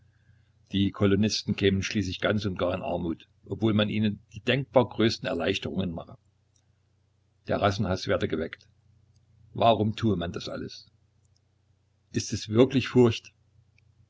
die kolonisten kämen schließlich ganz und gar in armut obwohl man ihnen die denkbar größten erleichterungen mache der rassenhaß werde geweckt warum tue man das alles ist es wirklich furcht